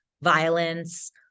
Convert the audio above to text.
violence